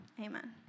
amen